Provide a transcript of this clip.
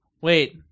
Wait